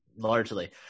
largely